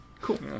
Cool